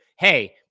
Hey